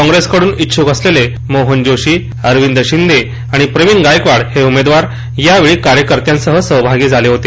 काँप्रेसकडून इच्छुक असलेले मोहन जोशी अरविद शिंदे आणि प्रवीण गायकवाड उमेदवार यावेळी कार्यकर्त्यांसह सहभागी झाले होते